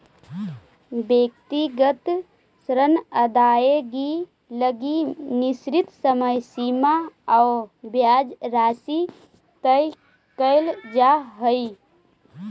व्यक्तिगत ऋण अदाएगी लगी निश्चित समय सीमा आउ ब्याज राशि तय कैल जा हइ